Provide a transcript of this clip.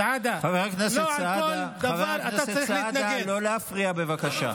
סעדה, לא לכל דבר אתה צריך להתנגד.